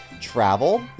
travel